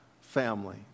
family